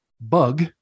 bug